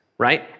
Right